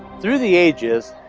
through the ages,